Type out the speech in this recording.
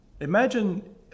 Imagine